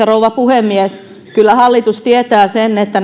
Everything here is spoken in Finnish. rouva puhemies kyllä hallitus tietää sen että